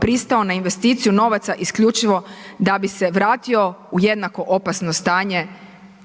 pristao na investiciju novaca isključivo da bi se vratio u jednako opasno stanje